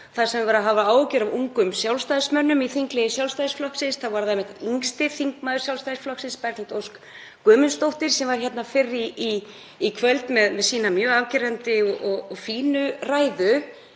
Þar sem verið er að hafa áhyggjur af ungum Sjálfstæðismönnum í þingliði Sjálfstæðisflokksins var það einmitt yngsti þingmaður Sjálfstæðisflokksins, Berglind Ósk Guðmundsdóttir, sem var hér fyrr í kvöld með mjög afgerandi og fína ræðu.